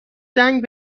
زنگ